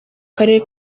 karere